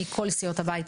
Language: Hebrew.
מכל סיעות הבית,